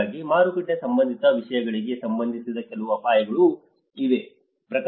ಹಾಗಾಗಿ ಮಾರುಕಟ್ಟೆ ಸಂಬಂಧಿತ ವಿಷಯಗಳಿಗೆ ಸಂಬಂಧಿಸಿದ ಕೆಲವು ಅಪಾಯಗಳೂ ಇವೆ